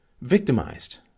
victimized